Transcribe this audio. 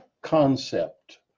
concept